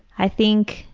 i think,